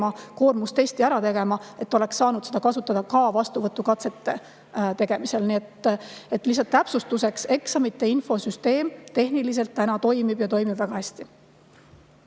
koormustesti ära tegema ja siis oleks saanud seda kasutada ka vastuvõtukatsete tegemisel. Nii et lihtsalt täpsustuseks: eksamite infosüsteem tehniliselt täna toimib, ja toimib väga hästi.